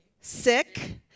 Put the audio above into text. sick